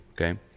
okay